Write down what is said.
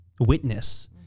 witness